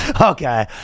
Okay